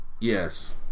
Yes